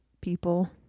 people